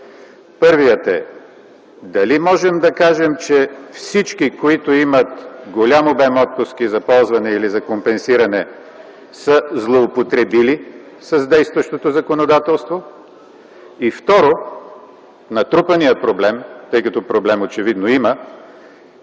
Първият е: дали можем да кажем, че всички, които имат голям обем отпуски за ползване или за компенсиране, са злоупотребили с действащото законодателство? И, второ, натрупаният проблем, тъй като проблем очевидно има,